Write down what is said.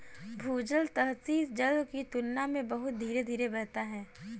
भूजल सतही जल की तुलना में बहुत धीरे धीरे बहता है